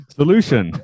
solution